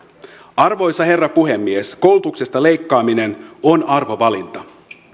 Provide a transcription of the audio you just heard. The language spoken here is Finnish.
arvoisa herra puhemies koulutuksesta leikkaaminen on arvovalinta